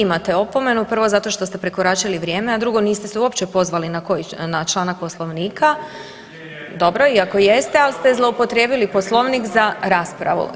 I vi imate opomenu prvo zato što ste prekoračili vrijeme, drugo niste se uopće pozvali na članak Poslovnika. … [[Upadica se ne razumije.]] Dobro i ako jeste ali ste zloupotrijebili Poslovnik za raspravu.